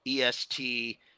EST